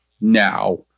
now